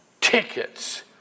tickets